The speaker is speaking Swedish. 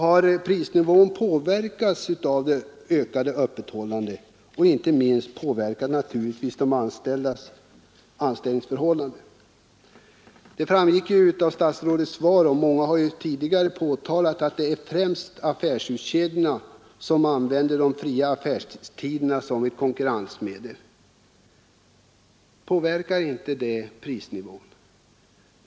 Har prisnivån påverkats av det ökade öppethållandet? Inte minst påverkas naturligtvis personalens anställningsförhållanden. Det framgick av statsrådets svar, och många har tidigare påtalat, att det är främst affärshuskedjorna som använder de fria affärstiderna som ett konkurrensmedel. Påverkar inte detta prisnivån?